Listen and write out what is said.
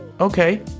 okay